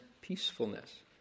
peacefulness